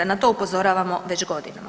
Na to upozoravamo već godinama.